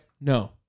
No